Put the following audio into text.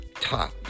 top